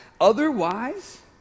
Otherwise